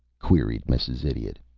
queried mrs. idiot.